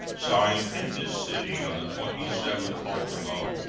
signed in this city on the twenty seventh ultimo,